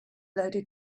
loaded